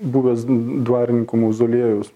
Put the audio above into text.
buvęs dvarininkų mauzoliejus